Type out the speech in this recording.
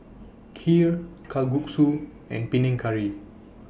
Kheer Kalguksu and Panang Curry